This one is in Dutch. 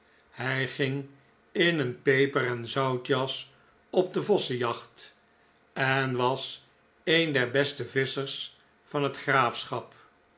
hij ging in een peper en zoutjas op de vossenjacht en was een der beste visschers van het graafschap